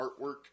artwork